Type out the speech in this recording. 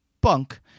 bunk